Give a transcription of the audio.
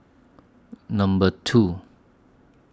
Number two